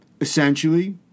Essentially